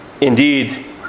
indeed